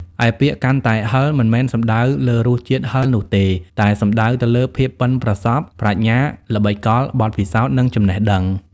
ឯពាក្យ កាន់តែហឹរ មិនមែនសំដៅលើរសជាតិហឹរនោះទេ តែសំដៅទៅលើ ភាពប៉ិនប្រសប់ ប្រាជ្ញា ល្បិចកល បទពិសោធន៍ និងចំណេះដឹង។